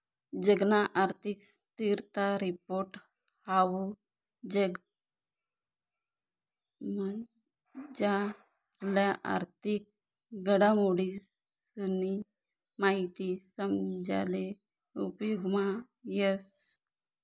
जगना आर्थिक स्थिरता रिपोर्ट हाऊ जगमझारल्या आर्थिक घडामोडीसनी माहिती समजाले उपेगमा येस